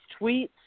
tweets